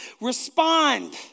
Respond